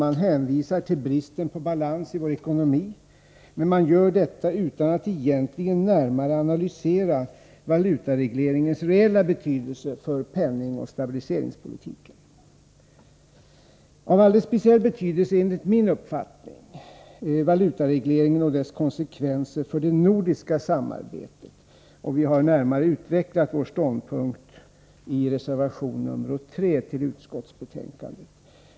Man hänvisar till bristen på balans i vår ekonomi, men man gör detta utan att egentligen närmare analysera valutaregleringens reella betydelse för penningoch stabiliseringspolitiken. Av alldeles speciell betydelse är enligt min uppfattning valutaregleringens konsekvenser för det nordiska samarbetet. Vi har närmare utvecklat vår ståndpunkt i reservation 3 till utskottsbetänkandet.